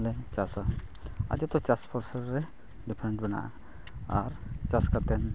ᱞᱮ ᱪᱟᱥᱟ ᱟᱨ ᱡᱚᱛᱚ ᱪᱟᱥ ᱵᱷᱚᱨᱥᱟ ᱨᱮ ᱰᱤᱯᱷᱮᱱᱴ ᱢᱮᱱᱟᱜᱼᱟ ᱟᱨ ᱪᱟᱥ ᱠᱟᱛᱮᱱ